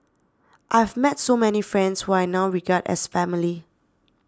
I have met so many friends who I now regard as family